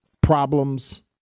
problems